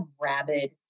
rabid